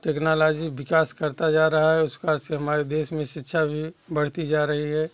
technology विकास करता जा रहा है उसका से हमारे देश में शिक्षा भी बढ़ती जा रही है